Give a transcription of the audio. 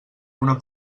una